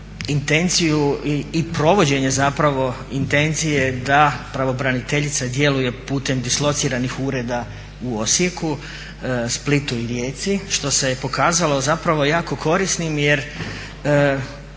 intenciju i provođenje intencije da pravobraniteljica djeluje putem dislociranih ureda u Osijeku, Splitu i Rijeci što se pokazalo jako korisnim jer